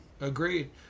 Agreed